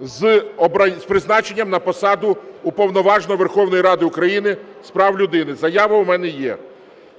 з призначенням на посаду Уповноваженого Верховної Ради України з прав людини. Заява у мене є.